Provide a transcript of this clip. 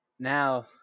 Now